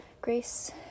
Grace